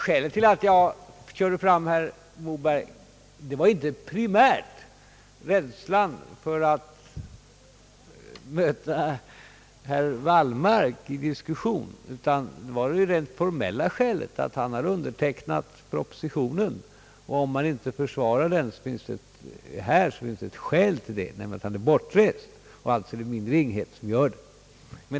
Skälet till att jag körde fram herr Moberg var inte alls någon rädsla för att möta herr Wallmark i en debatt — orsaken var den rent formella att herr Moberg har undertecknat propositionen, och eftersom han är bortrest har det fallit på min ringhet att försvara propositionen.